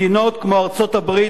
מדינות כמו ארצות-הברית,